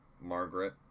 Margaret